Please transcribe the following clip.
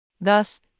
Thus